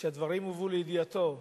והדברים הובאו לידיעתו,